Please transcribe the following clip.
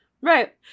right